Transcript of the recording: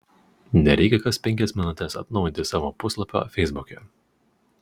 nereikia kas penkias minutes atnaujinti savo puslapio feisbuke